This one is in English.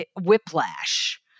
whiplash